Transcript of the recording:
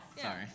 Sorry